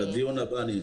לדיון הבא.